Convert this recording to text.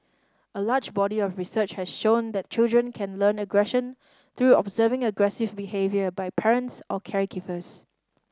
a large body of research has shown that children can learn aggression through observing aggressive behaviour by parents or caregivers